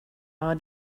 our